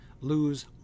Lose